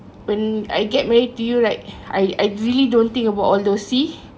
when I get married to you right I I really don't think about all those C